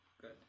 good